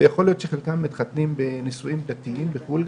ויכול להיות שחלקם מתחתנים בנישואים דתיים בחו"ל,